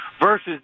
versus